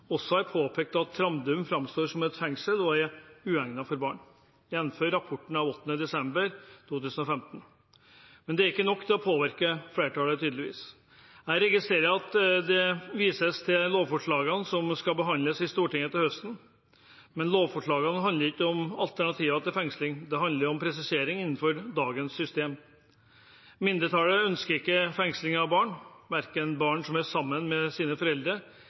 også har påpekt at Trandum framstår som et fengsel og er uegnet for barn, jf. rapporten av 8. desember 2015. Dette er ikke nok til å påvirke flertallet, tydeligvis. Jeg registrerer at det vises til lovforslag som skal behandles i Stortinget til høsten, men lovforslagene handler ikke om alternativer til fengsling. De handler om presisering innenfor dagens system. Mindretallet ønsker ikke fengsling av barn, verken barn som er sammen med sine foreldre,